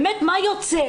מה יוצא?